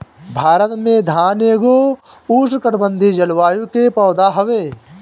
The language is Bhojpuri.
भारत में धान एगो उष्णकटिबंधीय जलवायु के पौधा हवे